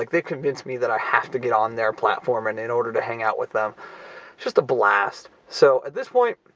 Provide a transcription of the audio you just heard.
like they've convinced me that i have to get on their platform and in order to hang out with them. it's just a blast. so, at this point,